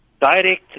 direct